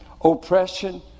oppression